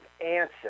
answer